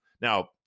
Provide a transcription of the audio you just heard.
Now